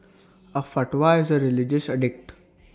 A fatwa is A religious edict